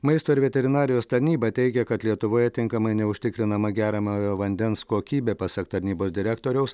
maisto ir veterinarijos tarnyba teigia kad lietuvoje tinkamai neužtikrinama geriamojo vandens kokybė pasak tarnybos direktoriaus